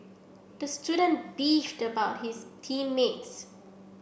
the student beefed about his team mates